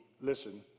listen